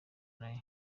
nayo